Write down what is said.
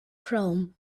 chrome